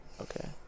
okay